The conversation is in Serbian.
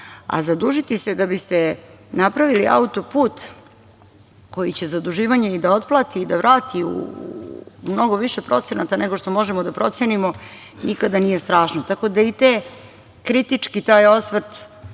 zadužiti se da biste napravili autoput koji će zaduživanje i da otplati i da vrati u mnogo više procenata nego što možemo da procenimo nikada nije strašno. Tako da taj kritički osvrt